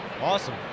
Awesome